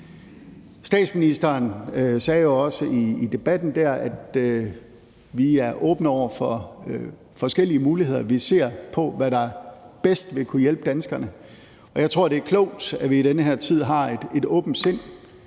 Statsministeren sagde også i debatten der, at vi er åbne over for forskellige muligheder, og at vi ser på, hvad der bedst vil kunne hjælpe danskerne. Og jeg tror, det er klogt, at vi i den her tid har et åbent sind.